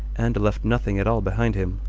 and left nothing at all behind him.